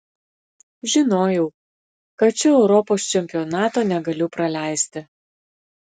žinojau kad šio europos čempionato negaliu praleisti